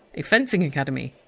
a fencing academy.